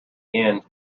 end